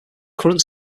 current